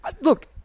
Look